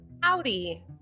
Howdy